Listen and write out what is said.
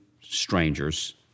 strangers